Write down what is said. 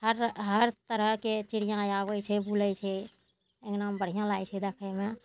हर हर तरहके चिड़िआँ आबै छै बुलै छै अङ्गनामे बढ़िआँ लागै छै देखैमे